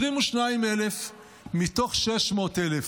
22,000 מתוך 600,000,